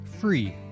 Free